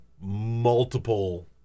multiple